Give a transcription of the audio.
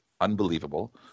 unbelievable